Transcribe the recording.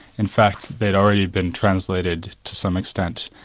in fact they'd already been translated to some extent,